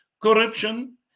corruption